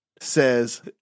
says